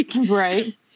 Right